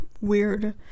weird